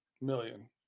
million